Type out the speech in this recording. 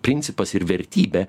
principas ir vertybė